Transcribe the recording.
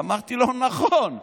אמרתי לו: נכון.